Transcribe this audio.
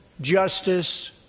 justice